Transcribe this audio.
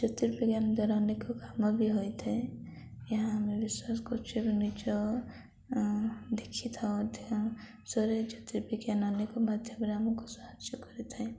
ଜ୍ୟୋତର୍ବିଜ୍ଞାନ ଦ୍ୱାରା ଅନେକ କାମ ବି ହୋଇଥାଏ ଏହା ଆମେ ବିଶ୍ୱାସ କରୁଛେ ବି ନିଜ ଦେଖିଥାଉ ମଧ୍ୟ ଜ୍ୟୋତର୍ବିଜ୍ଞାନ ଅନେକ ମାଧ୍ୟମରେ ଆମକୁ ସାହାଯ୍ୟ କରିଥାଏ